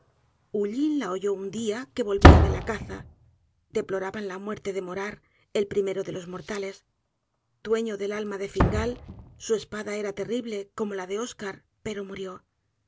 uuin la oyó un día que volvía déla caza deploraban la muerte de morar el primero de los mortales dueño del alma de fingal su espada era terrible como la de osear pero murió